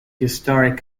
historic